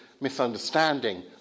misunderstanding